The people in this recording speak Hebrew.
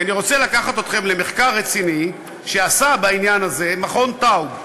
אני רוצה לקחת אתכם למחקר רציני שעשה בעניין הזה מרכז טאוב,